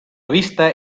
vista